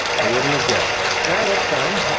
i wouldn't have guessed. yeah, that's fine.